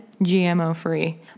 GMO-free